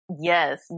Yes